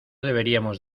deberíamos